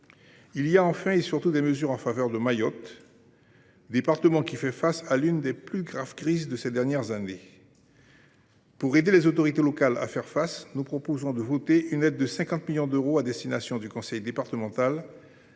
Il y a enfin, et surtout, des mesures en faveur de Mayotte, département qui connaît l’une des plus graves crises des dernières années. Pour aider les autorités locales à y faire face, nous proposons de voter une aide de 50 millions d’euros à destination du conseil départemental,